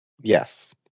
Yes